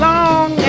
Long